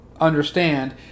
understand